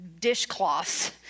dishcloths